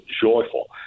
joyful